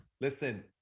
Listen